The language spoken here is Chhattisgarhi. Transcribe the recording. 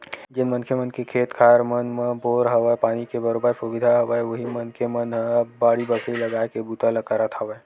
जेन मनखे मन के खेत खार मन म बोर हवय, पानी के बरोबर सुबिधा हवय उही मनखे मन ह अब बाड़ी बखरी लगाए के बूता ल करत हवय